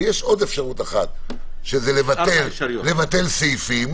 3. לבטל סעיפים,